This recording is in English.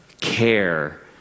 care